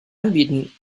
anbieten